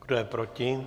Kdo je proti?